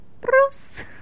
Bruce